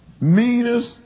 meanest